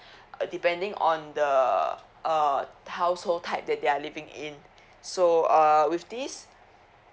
uh depending on the uh household type that they are living in so uh with this